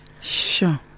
sure